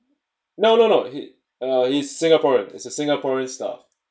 no no no he uh he's a singaporean he's a singaporean staff